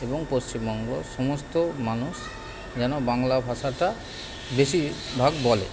এবং পশ্চিমবঙ্গে সমস্ত মানুষ যেন বাংলা ভাষাটা বেশিরভাগ বলে